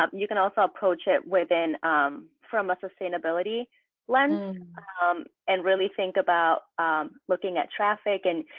ah you can also approach it within from a sustainability lens and really think about looking at traffic and,